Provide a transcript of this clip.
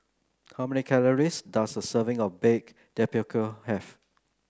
how many calories does a serving of Baked Tapioca have